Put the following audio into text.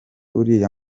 uriya